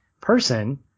person